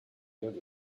good